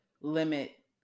limit